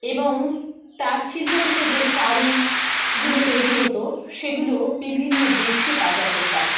এবং তাঁত শিল্প থেকে যে শাড়িগুলো তৈরি হতো সেগুলো বিভিন্ন দেশে পাচার করতাম